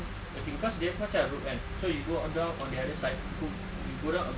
okay cause dia pun macam road kan so you go down on the other side you go down a bit